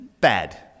bad